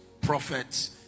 prophets